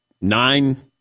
nine